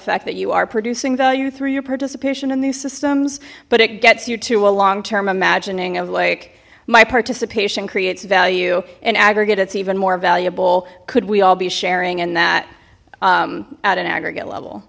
fact that you are producing value through your participation in these systems but it gets you to a long term imagining of like my participation creates value in aggregate it's even more valuable could we all be sharing in that at an aggregate level